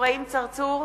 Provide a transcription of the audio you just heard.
אברהים צרצור,